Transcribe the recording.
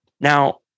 Now